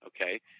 okay